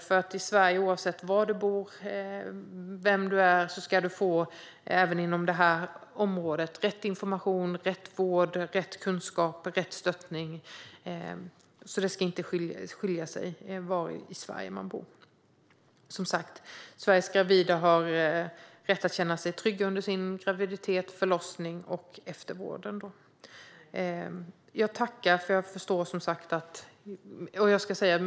Oavsett var man bor i Sverige och vem man är ska man även inom det här området få rätt information, rätt vård, rätt kunskaper och rätt stöttning. Det ska inte skilja sig åt beroende på var i Sverige man bor. Sveriges gravida har som sagt rätt att känna sig trygga under graviditeten, förlossningen och i eftervården. Jag tackar statsrådet för debatten.